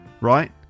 right